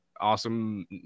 Awesome